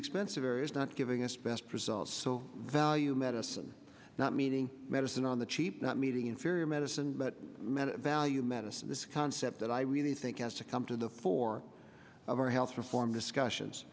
expensive areas not giving us best results so value medicine not meeting medicine on the cheap not meeting inferior medicine but med a value medicine this concept that i really think has to come to the fore of our health reform discussions